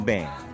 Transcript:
Band